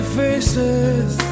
faces